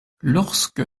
lorsque